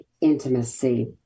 intimacy